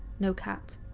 no cat.